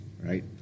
Right